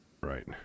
Right